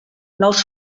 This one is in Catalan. nous